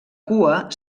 cua